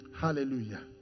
Hallelujah